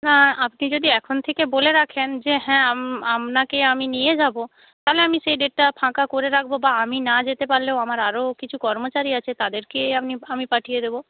না আপনি যদি এখন থেকে বলে রাখেন যে হ্যাঁ আপনাকে আমি নিয়ে যাব তাহলে আমি সেই ডেটটা ফাঁকা করে রাখব বা আমি না যেতে পারলেও আমার আরও কিছু কর্মচারী আছে তাদেরকে আপনি আমি পাঠিয়ে দেবো